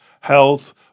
health